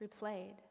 replayed